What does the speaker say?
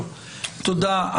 תודה.